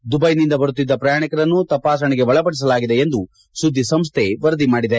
ದುಬೈನಿಂದ ಬರುತ್ತಿದ್ದ ಪ್ರಯಾಣಿಕರನ್ನು ತಪಾಸಣೆಗೆ ಒಳಪಡಿಸಲಾಗಿದೆ ಎಂದು ಸುದ್ದಿಸಂಸ್ವೆ ವರದಿ ಮಾಡಿದೆ